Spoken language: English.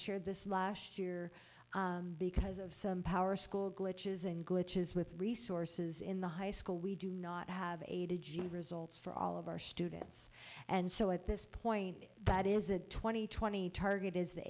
shared this last year because of some power school glitches and glitches with resources in the high school we do not have aided the results for all of our students and so at this point that is a twenty twenty target is the